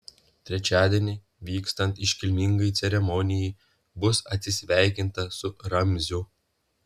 trečiadienį vykstant iškilmingai ceremonijai bus atsisveikinta su ramziu